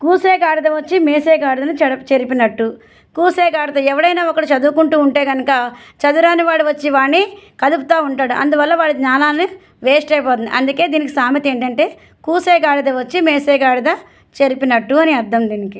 కూసే గాడిద వచ్చి మేసే గాడిదను చెడప్ చెరిపినట్టు కూసే గాడిద ఎవడైనా ఒకడు చదువుకుంటూ ఉంటే కనుక చదువురాని వాడు వచ్చి వాడిని కదుపుతూ ఉంటాడు అందువల్ల వాడి జ్ఞానాన్ని వేస్ట్ అయిపోతుంది అందుకే దీనికి సామెత ఏంటంటే కూసే గాడిద వచ్చి మేసే గాడిద చెరిపినట్టు అని అర్ధం దీనికి